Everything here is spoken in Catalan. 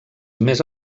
més